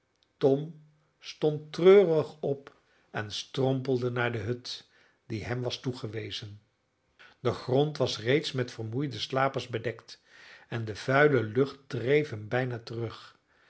tom stond treurig op en strompelde naar de hut die hem was toegewezen de grond was reeds met vermoeide slapers bedekt en de vuile lucht dreef hem bijna terug